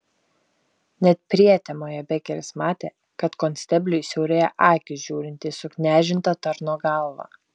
net prietemoje bekeris matė kad konstebliui siaurėja akys žiūrint į suknežintą tarno galvą